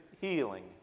healing